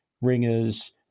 ringers